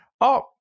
Oh-